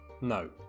No